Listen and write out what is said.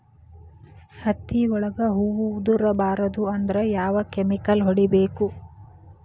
ಹತ್ತಿ ಒಳಗ ಹೂವು ಉದುರ್ ಬಾರದು ಅಂದ್ರ ಯಾವ ಕೆಮಿಕಲ್ ಹೊಡಿಬೇಕು?